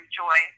joy